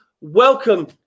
welcome